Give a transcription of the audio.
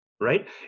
Right